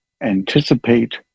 anticipate